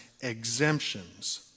exemptions